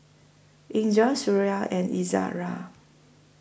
Indra Suria and Izzara